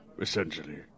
Essentially